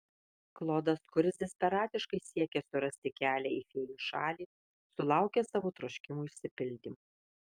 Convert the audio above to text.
klodas kuris desperatiškai siekė surasti kelią į fėjų šalį sulaukė savo troškimų išsipildymo